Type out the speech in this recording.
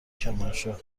کرمانشاه